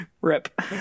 RIP